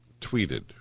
tweeted